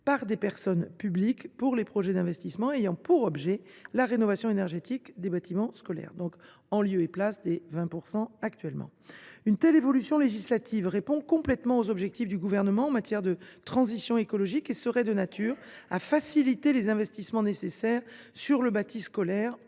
par des personnes publiques pour les projets d’investissement ayant pour objet la rénovation énergétique des bâtiments scolaires. Une telle évolution législative répond complètement aux objectifs du Gouvernement en matière de transition écologique et serait de nature à faciliter les investissements nécessaires sur le bâti scolaire,